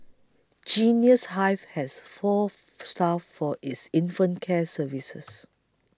Genius Hive has four staff for its infant care services